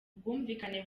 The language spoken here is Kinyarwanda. ubwumvikane